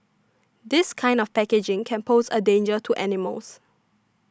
this kind of packaging can pose a danger to animals